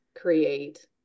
create